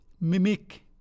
mimic